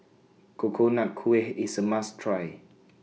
Coconut Kuih IS A must Try